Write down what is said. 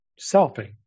selfing